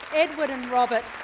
edward and robert